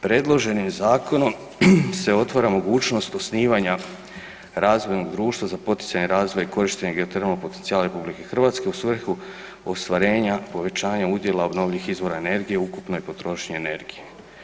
Predloženim zakonom se otvara mogućnost osnivanja razvojnog društva za poticanje razvoja i korištenje geotermalnih potencijala RH u svrhu ostvarenja povećanja udjela obnovljivih izvora energije u ukupnoj potrošnji energije.